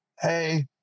Hey